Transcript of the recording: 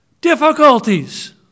difficulties